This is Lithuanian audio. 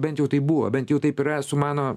bent jau taip buvo bent jau taip yra su mano